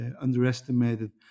underestimated